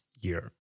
year